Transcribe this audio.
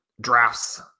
drafts